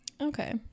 okay